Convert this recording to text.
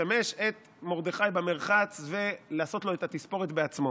לשמש את מרדכי במרחץ ולעשות לו את התספורת בעצמו,